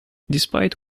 despite